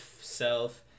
self